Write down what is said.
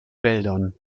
wäldern